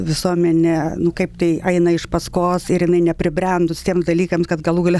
visuomenė nu kaip tai aina iš paskos ir jinai nepribrendus tiems dalykams kad galų gale